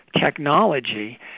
technology